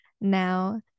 now